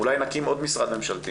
אולי נקים עוד משרד ממשלתי,